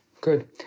Good